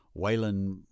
Waylon